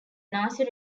nazi